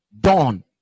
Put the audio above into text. Dawn